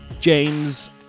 James